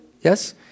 yes